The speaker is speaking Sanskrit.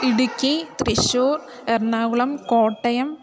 इडिक्कि त्रिश्शूर् एर्नाकुलं कोटेयम्